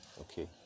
okay